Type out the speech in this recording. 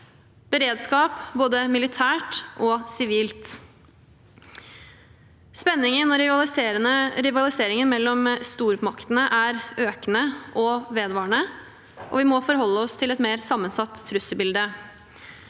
beredskap, både militært og sivilt. Spenningen og rivaliseringen mellom stormaktene er økende og vedvarende, og vi må forholde oss til et mer sammensatt trusselbilde.